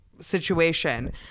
situation